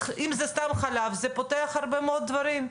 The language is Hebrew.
אז אם זה סתם חלב זה פותח הרבה מאוד דברים,